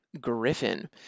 Griffin